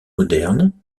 moderne